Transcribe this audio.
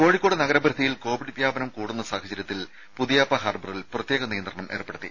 കോഴിക്കോട് നഗര പരിധിയിൽ കോവിഡ് വ്യാപനം കൂടുന്ന സാഹചര്യത്തിൽ പുതിയാപ്പ ഹാർബറിൽ പ്രത്യേക നിയന്ത്രണം ഏർപ്പെടുത്തി